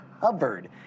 covered